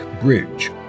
Bridge